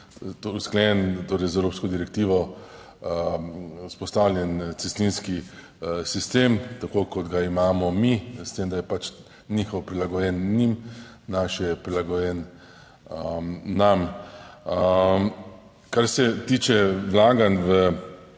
usklajen, torej z Evropsko direktivo, vzpostavljen cestninski sistem, tako kot ga imamo mi, s tem, da je pač njihov prilagojen njim. Naš je prilagojen nam. Kar se tiče vlaganj v